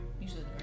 Usually